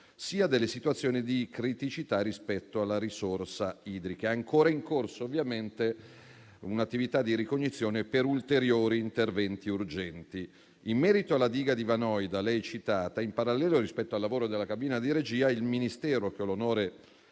sia delle situazioni di criticità rispetto alla risorsa idrica. È ancora in corso, ovviamente, un'attività di ricognizione per ulteriori interventi urgenti. In merito alla diga di Vanoi, da lei citata, in parallelo rispetto al lavoro della cabina di regia, il Ministero che ho l'onore